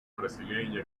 brasileña